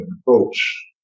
approach